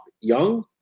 young